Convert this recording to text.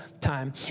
time